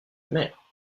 mère